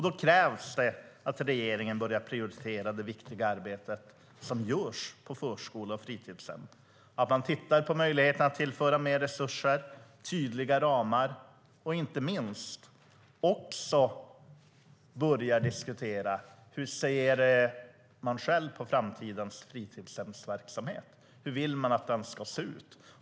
Då krävs det att regeringen börjar prioritera det viktiga arbete som görs på förskolor och fritidshem, att man tittar på möjligheterna att tillföra mer resurser och ge tydliga ramar och inte minst också att man börjar diskutera hur man själv ser på framtidens fritidshemsverksamhet. Hur vill man att den ska se ut?